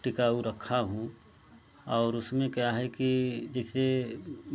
टिकाऊ रखा हूँ और उसमें क्या है कि जिससे